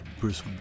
Bruce